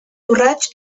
urrats